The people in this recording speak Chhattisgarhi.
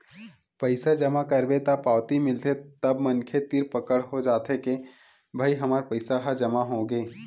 पइसा जमा करबे त पावती मिलथे तब मनखे तीर पकड़ हो जाथे के भई हमर पइसा ह जमा होगे